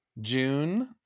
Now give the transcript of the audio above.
June